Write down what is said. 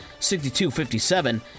62-57